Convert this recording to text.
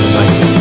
nice